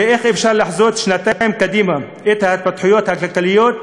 ואיך אפשר לחזות שנתיים קדימה את ההתפתחויות הכלכליות?